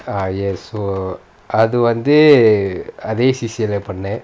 ah yes so அது வந்து அதே:athu vanthu athae C_C_A leh பண்னேன்:pannaen